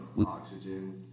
Oxygen